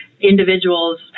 individuals